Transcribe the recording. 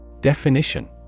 Definition